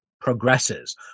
progresses